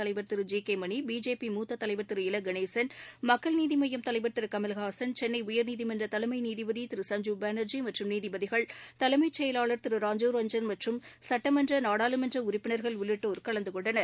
திரு ஜி பா திரு இலகணேசன் மக்கள் நீதி மய்யம் தலைவர் திரு கமல் ஹாசன் சென்னை உயர்நீதிமன்றத் தலைமை நீதிபதி திரு சஞ்சீப் பானர்ஜி மற்றும் நீதிபதிகள் தலைமைச் செயலாளர் திரு ராஜீவ் ரஞ்சன் மற்றும் சட்டமன்ற நாடாளுமன்ற உறுப்பினர்கள் உள்ளிட்டோர் கலந்து கொண்டனர்